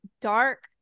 dark